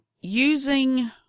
using